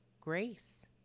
grace